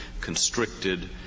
constricted